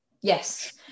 Yes